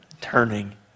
turning